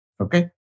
Okay